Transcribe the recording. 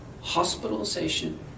hospitalization